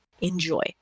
enjoy